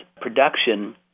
production